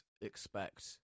expect